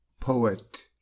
poet